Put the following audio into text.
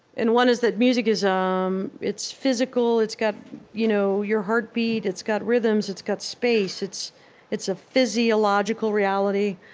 and one is that music is um physical. it's got you know your heartbeat it's got rhythms it's got space. it's it's a physiological reality,